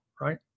right